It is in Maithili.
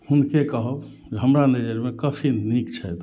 हुनके कहब जे हमरा नजरमे काफी नीक छथि